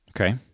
Okay